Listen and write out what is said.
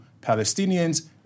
Palestinians